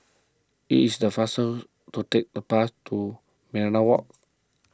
it is the faster to take the bus to Minaret Walk